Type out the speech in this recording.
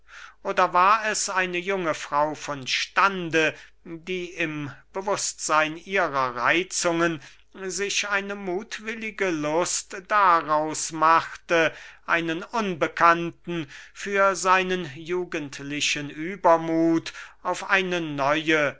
oder war es eine junge frau von stande die im bewußtseyn ihrer reitzungen sich eine muthwillige lust daraus machte einen unbekannten für seinen jugendlichen übermuth auf eine neue